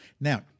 Now